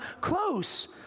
close